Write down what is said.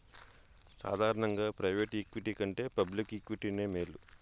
సాదారనంగా private equity కంటే public ఈక్విటీనే మేలు